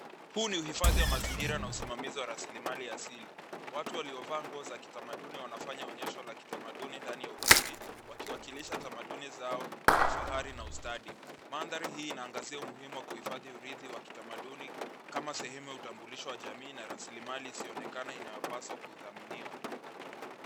Huu ni uhifadhi wa mazingira na usimamizi wa raslimali asili . Watu walio vaa nguo za kitamaduni wanafanya onyesho la kitamaduni ndani ya ukumbi wakiwasilisha tamaduni zao kwa fahari na ustadi . Mandhari hii inaangazia umuhimu wa kuhifadhi kitamaduni kama sehemu ya utambulisho wa jamii na raslimali isiyo onekana inayopandwa kudhaminiwa.